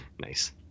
Nice